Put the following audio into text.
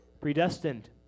predestined